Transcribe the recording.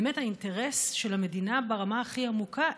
באמת האינטרס של המדינה ברמה הכי עמוקה,